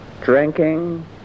drinking